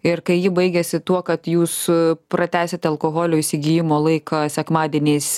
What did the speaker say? ir kai ji baigiasi tuo kad jūs pratęsite alkoholio įsigijimo laiką sekmadieniais